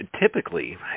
typically